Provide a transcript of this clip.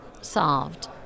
solved